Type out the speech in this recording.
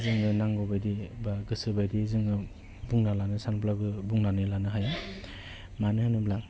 जोंनो नांगौ बायदियै बा गोसो बायदियै जोङो बुंना लानो सानब्लाबो बुंनानै लानो हाया मानो होनोब्ला